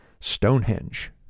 Stonehenge